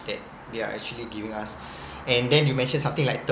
that they're actually giving us and then you mentioned something like